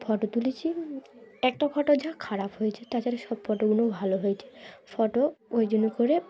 photo তুলেছি একটা photo যা খারাপ হয়েছে তাছাড়া সব ফটোগোগুলোও ভালো হয়েছে ফটো ওই জন্য করে